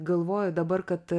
galvoju dabar kad